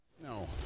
No